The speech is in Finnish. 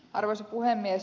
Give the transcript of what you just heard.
arvoisa puhemies